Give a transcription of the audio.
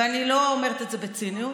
ואני לא אומרת את זה בציניות,